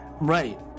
right